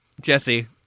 Jesse